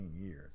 years